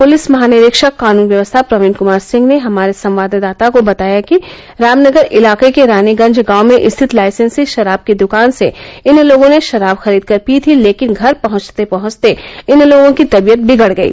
police महानिरीक्षक कानून व्यवस्था प्रवीन कुमार सिंह ने हमारे संवाददाता को बताया कि रामनगर इलाके के रानीगंज गांव में स्थित लाइसेंसी शराब की दुकान से इन लोगों ने शराब खरीद कर पी थी लेकिन घर पहंचते पहंचते इन लोगों की तबियत बिगड़ गई